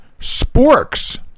sporks